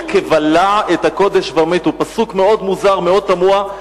כבלע את הקדש ומתו" פסוק מאוד מוזר ומאוד תמוה,